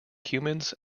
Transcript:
humans